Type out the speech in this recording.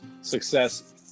success